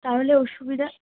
তাহলে অসুবিধা